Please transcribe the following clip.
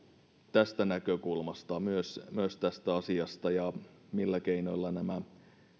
tästä näkökulmasta myös myös tästä asiasta ja siitä millä keinoilla nämä